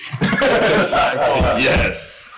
Yes